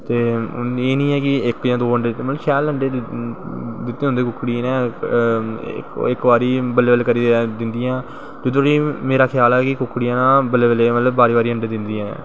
एह् नी ऐ कि इक जां दो अंडे मतलव शैल अंडे कुक्कड़ियें दे इक बारी बल्लें बल्लें करियै दिंदियां ते मेरा ख्याल ऐ कि कुक्कियां बल्लैं बल्लैं अंडे दिंदियां